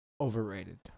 Overrated